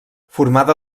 formada